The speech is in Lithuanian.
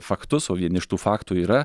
faktus o vieni iš tų faktų yra